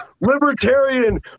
libertarian